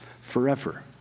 forever